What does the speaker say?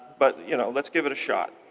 but you know let's give it a shot.